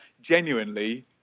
genuinely